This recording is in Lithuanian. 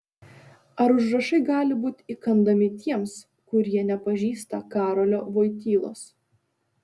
ar užrašai gali būti įkandami tiems kurie nepažįsta karolio voitylos